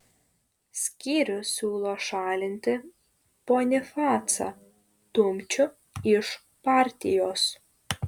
skyrius siūlo šalinti bonifacą dumčių iš partijos